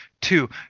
Two